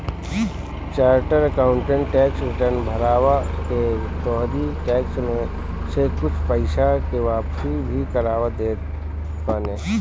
charter accountant tax return भरवा के तोहरी टेक्स में से कुछ पईसा के वापस भी करवा देत बाने